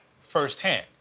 firsthand